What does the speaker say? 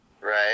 right